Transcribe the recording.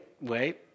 wait